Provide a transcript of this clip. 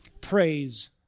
Praise